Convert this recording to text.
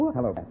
Hello